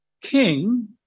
king